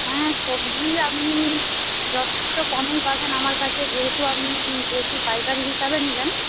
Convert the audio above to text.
হ্যাঁ সবজি আপনি যথেষ্ট কমেই পাবেন আমার কাছে যেহেতু আপনি বেশি পাইকারি হিসাবে নেবেন